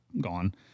gone